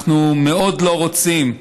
אנחנו מאוד לא רוצים,